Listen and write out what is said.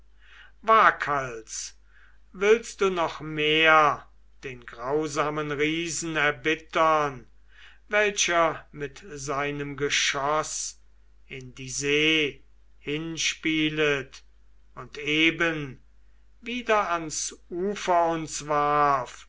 waghals willst du noch mehr den grausamen riesen erbittern welcher mit seinem geschoß in die see hinspielet und eben wieder ans ufer uns warf